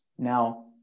Now